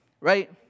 right